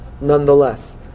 nonetheless